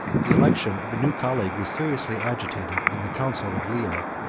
the election of a new colleague was seriously agitated in the council of leo.